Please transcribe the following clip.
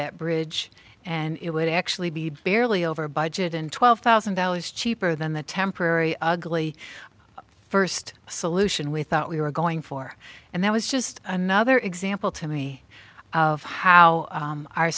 that bridge and it would actually be barely over budget and twelve thousand dollars cheaper than the temporary ugly first solution with thought we were going for and that was just another example to me of how